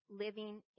living